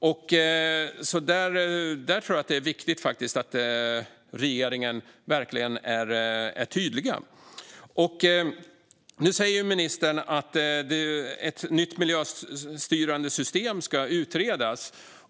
Där tror jag faktiskt att det är viktigt att regeringen verkligen är tydlig. Ministern säger att ett nytt miljöstyrande system ska utredas.